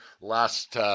last